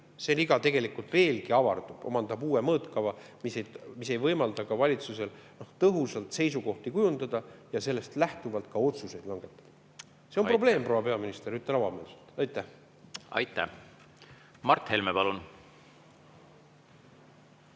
see tegelikult veelgi avardub, omandab uue mõõtkava. See ei võimalda valitsusel tõhusalt seisukohti kujundada ja sellest lähtuvalt ka otsuseid langetada. See on probleem, proua peaminister, ütlen avameelselt. Aitäh! Aitäh! Mart Helme, palun!